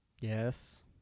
Yes